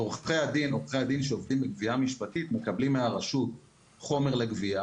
עורכי הדין שעובדים בגבייה משפטית מקבלים מהרשות חומר לגבייה.